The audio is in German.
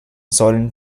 sollen